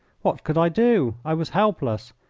what could i do? i was helpless.